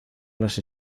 las